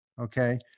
Okay